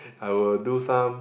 I will do some